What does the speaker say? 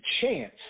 chance